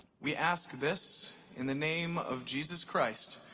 we ask this in the name of jesus christ,